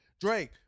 Drake